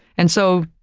and so,